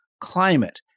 climate